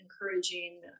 encouraging